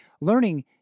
Learning